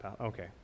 Okay